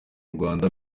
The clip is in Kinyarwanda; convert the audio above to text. rwanda